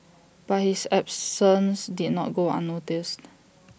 but his absences did not go unnoticed